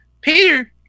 Peter